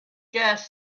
gas